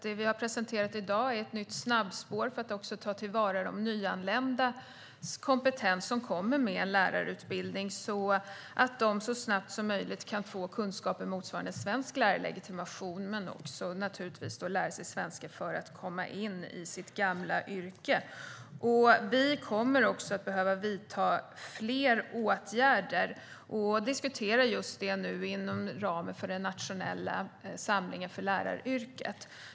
Det som vi har presenterat i dag är ett nytt snabbspår för att också ta till vara de nyanländas kompetens, alltså de som har en lärarutbildning när de kommer, så att dessa personer så snabbt som möjligt ska kunna få kunskaper motsvarande en svensk lärarlegitimation och naturligtvis även lära sig svenska för att komma in i sitt gamla yrke. Vi kommer också att behöva vidta fler åtgärder, och vi diskuterar det just nu inom ramen för den nationella samlingen för läraryrket.